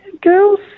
girls